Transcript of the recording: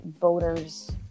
voters